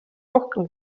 rohkem